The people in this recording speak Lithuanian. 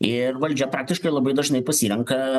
ir valdžia praktiškai labai dažnai pasirenka